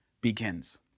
begins